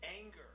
anger